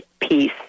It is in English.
peace